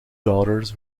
daughters